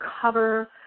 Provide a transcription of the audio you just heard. cover